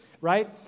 right